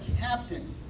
captain